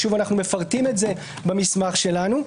אנחנו מפרטים את זה במסמך שלנו.